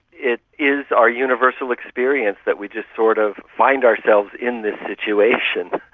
it is our universal experience that we just sort of find ourselves in this situation,